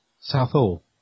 Southall